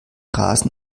rasen